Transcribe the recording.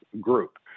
group